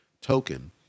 token